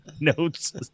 notes